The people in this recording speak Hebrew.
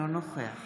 אינו נוכח